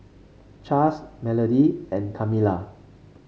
Chas Melody and Kamilah